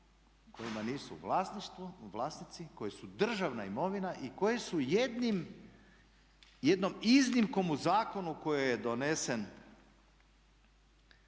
nisu vlasnici, koji su državna imovina i koji su jednom iznimkom u zakonu koji je donesen